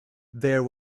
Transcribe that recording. there